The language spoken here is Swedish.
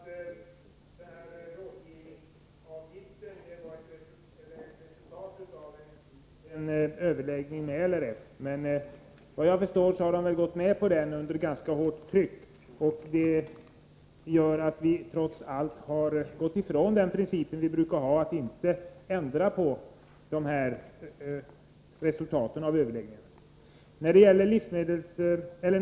Herr talman! Det är riktigt, Grethe Lundblad, att rådgivningsavgiften var resultat av en överläggning med LRF. Men vad jag förstår har man gått med på denna avgift under ganska hårt tryck. Detta gör att vi trots allt har gått ifrån den princip som vi brukar ha, dvs. att inte ändra på resultat av en överläggning.